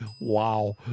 Wow